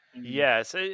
yes